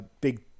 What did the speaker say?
Big